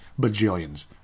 Bajillions